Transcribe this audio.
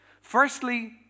Firstly